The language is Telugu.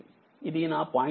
ఇది నా 0